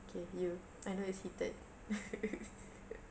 okay you I know it's heated